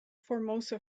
formosa